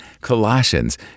Colossians